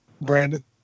Brandon